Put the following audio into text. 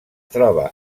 troba